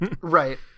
Right